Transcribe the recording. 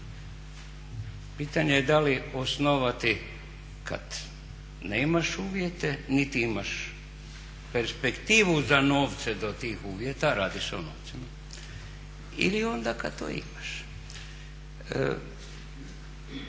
Pitanje je da li osnovati kad nemaš uvjete niti imaš perspektivu za novce do tih uvjeta, radiš …/Govornik se ne razumije./…